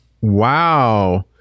Wow